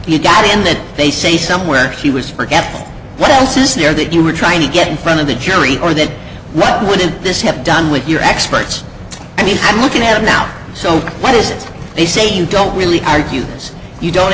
documents and that they say somewhere she was forgetting what else is there that you were trying to get in front of the jury or that what would this have done with your experts i mean i'm looking at it now so what is it they say you don't really argue this you don't